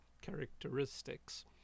characteristics